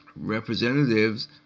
Representatives